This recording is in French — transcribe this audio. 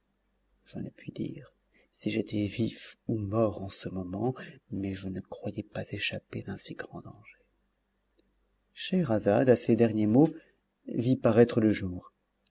je ne puis dire si j'étais vif ou mort en ce moment mais je ne croyais pas échapper d'un si grand danger scheherazade à ces derniers mots vit paraître le jour